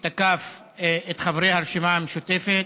שתקף את חברי הרשימה המשותפת,